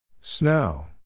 Snow